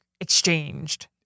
exchanged